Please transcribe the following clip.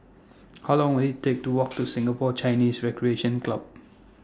How Long Will IT Take to Walk to Singapore Chinese Recreation Club